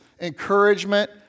encouragement